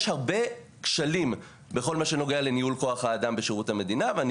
יש הרבה כשלים בכל מה שנוגע לניהול כוח האדם בשירות המדינה ואני